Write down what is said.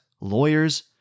lawyers